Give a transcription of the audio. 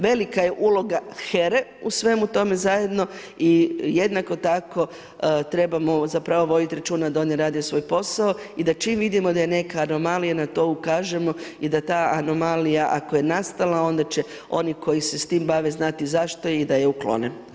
Velika je uloga HERA-e u svemu tome zajedno i jednako tako trebamo zapravo voditi računa da oni rade svoj posao i da čim vidimo da je neka anomalija na to ukažemo i da ta anomalija ako je nastala, onda će oni koji se s tim bave znati zašto i da je uklone.